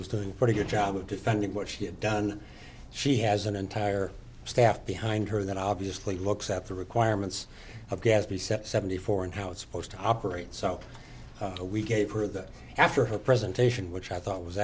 was doing pretty good job of defending what she had done she has an entire staff behind her that obviously looks at the requirements of gaspy set seventy four and how it's supposed to operate so we gave her that after her presentation which i thought was